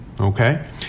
Okay